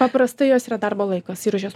paprastai jos yra darbo laikas ir už jas